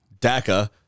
DACA